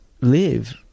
live